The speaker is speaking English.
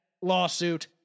lawsuit